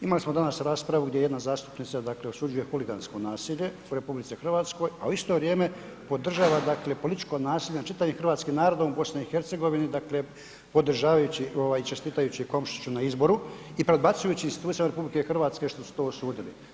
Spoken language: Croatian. Imali smo danas raspravu gdje je jedna zastupnica dakle osuđuje huligansko nasilje u RH, a u isto vrijeme podržava dakle političko naselje nad čitavim Hrvatskim narodom u BiH dakle podržavajući ovaj čestitajući Komšiću na izboru i predbacujući institucijama RH što su to osudili.